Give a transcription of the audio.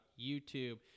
YouTube